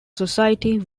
society